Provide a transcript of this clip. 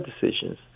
decisions